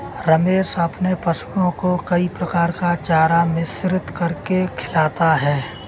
रमेश अपने पशुओं को कई प्रकार का चारा मिश्रित करके खिलाता है